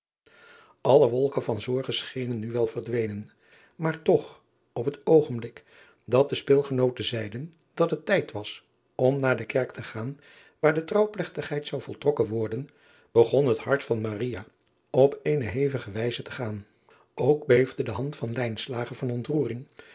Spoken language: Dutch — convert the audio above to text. lle wolken van zorgen schenen nu wel verdwenen maar toch op het oogenblik dat de speelgenooten zeiden dat het tijd was om naar de kerk te gaan waar de trouwplegtigheid zou voltrokken worden begon het hart van op eene hevige wijze te aan ok beefde de hand van van ontroering